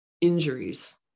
injuries